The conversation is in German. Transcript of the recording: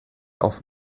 auf